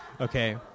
okay